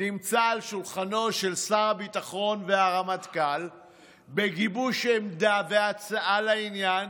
נמצא על שולחנם של שר הביטחון והרמטכ"ל לגיבוש עמדה והצעה לעניין.